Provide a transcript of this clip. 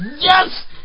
Yes